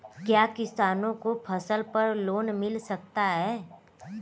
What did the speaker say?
क्या किसानों को फसल पर लोन मिल सकता है?